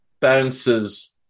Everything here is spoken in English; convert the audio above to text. bounces